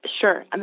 Sure